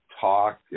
talk